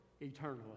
eternally